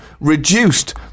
reduced